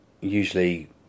Usually